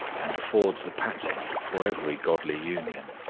and affords the pattern for every godly union.